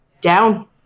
down